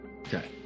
Okay